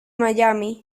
miami